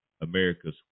America's